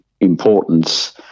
importance